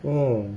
orh